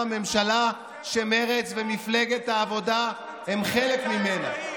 ממשלה שמרצ ומפלגת העבודה הן חלק ממנה.